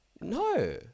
No